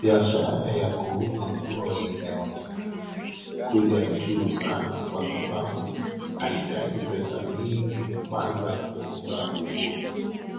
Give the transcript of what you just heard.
Biashara ya kuuza nguo imeonekana ikikuja juu sana kwa sababu haihitaji pesa mingi kuanza kuuza nguo.